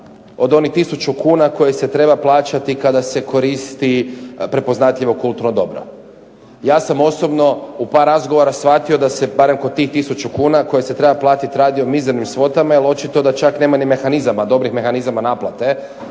od onih 1000 kuna kojih se treba plaćati kada se koristi prepoznatljivo kulturno dobro. Ja sam osobno u par razgovora shvatio da se barem oko tih 1000 kuna koje se treba platiti radi o mizernim svotama, jer očito da čak nema ni mehanizama, dobrih mehanizama naplate.